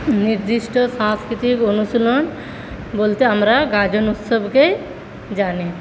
নির্দিষ্ট সাংস্কৃতিক অনুশীলন বলতে আমরা গাজন উৎসবকে জানি